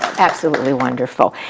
absolutely wonderful.